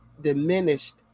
diminished